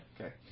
Okay